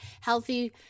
healthy